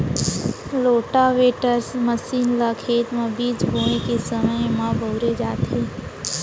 rotavator मसीन ल खेत म बीज बोए के समे म बउरे जाथे